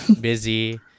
busy